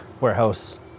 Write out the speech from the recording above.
warehouse